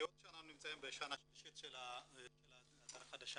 היות שאנחנו נמצאים בשנה השלישית של הדרך החדשה,